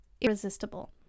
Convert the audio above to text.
irresistible